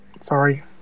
Sorry